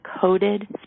coded